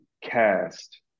cast